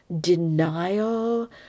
denial